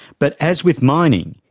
but as with mining,